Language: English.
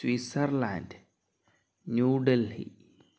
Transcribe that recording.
Switzerland New Delhi